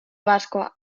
pascua